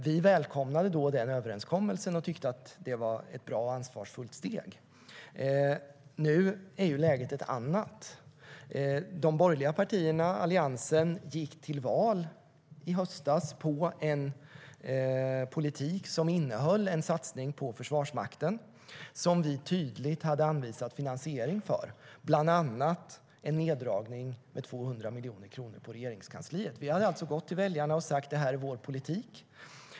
Vi välkomnade denna överenskommelse och tyckte att det var ett bra och ansvarsfullt steg. Nu är läget ett annat. I höstas gick Alliansen till val på en politik som innehöll en satsning på Försvarsmakten. Den hade vi tydligt anvisat finansiering för, bland annat genom en neddragning med 200 miljoner kronor på Regeringskansliet. Vi gick alltså till väljarna och sa: Detta är vår politik.